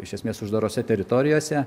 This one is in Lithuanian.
iš esmės uždarose teritorijose